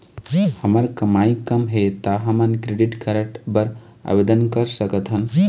हमर कमाई कम हे ता हमन क्रेडिट कारड बर आवेदन कर सकथन?